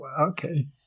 okay